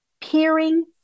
peering